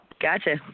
Gotcha